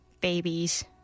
babies